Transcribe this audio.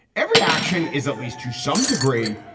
every action is at least to some degree,